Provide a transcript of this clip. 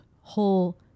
whole